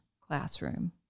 classroom